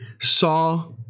saw